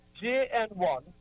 JN1